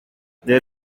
there